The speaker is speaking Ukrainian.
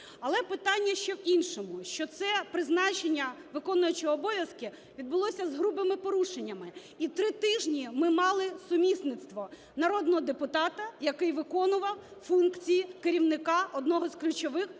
Але питання ще в іншому, що це призначення виконуючого обов'язки відбулося з грубими порушеннями, і три тижні ми мали сумісництво народного депутата, який виконував функції керівника одного з ключових силових